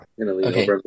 Okay